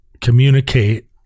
communicate